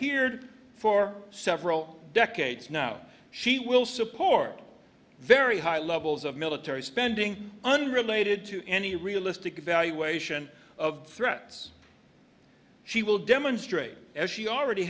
hered for several decades now she will support very high levels of military spending unrelated to any realistic evaluation of threats she will demonstrate as she already